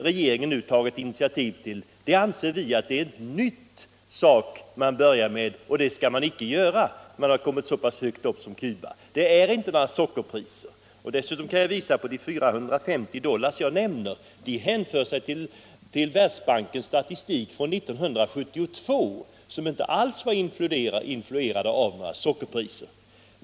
Anledningen till att vi tar bort 10 milj.kr. är att vi anser att det industriprojekt som regeringen nu tagit initiativ till är ett nytt projekt. Vi anser att man inte skall starta nya hjälpprojekt för ett land som kommit så pass långt som Cuba. Vi grundar inte vår uppfattning på sockerpriserna, och dessutom vill jag framhålla att siffran 450 dollar, som jag nämnde, hänför sig till Världsbankens statistik från 1972, som inte alls var influerad av några sockerpriser.